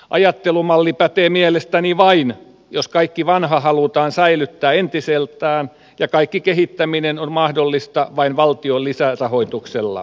ajattelumalli pätee mielestäni vain jos kaikki vanha halutaan säilyttää entisellään ja kaikki kehittäminen on mahdollista vain valtion lisärahoituksella